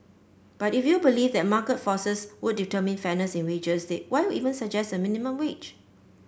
but if you believe that market forces would determine fairness in wages they why even suggest a minimum wage